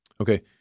Okay